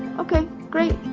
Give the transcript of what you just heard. okay, great.